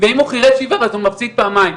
ואם הוא חירש עיוור הוא צריך לשלם פעמיים,